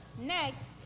next